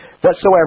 whatsoever